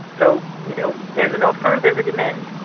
so, you know, there's an offer, there's a demand.